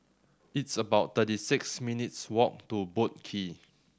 it's about thirty six minutes walk to Boat Quay